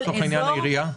לצורך העניין, זה העירייה?